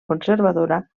conservadora